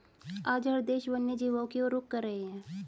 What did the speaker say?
आज हर देश वन्य जीवों की और रुख कर रहे हैं